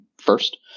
first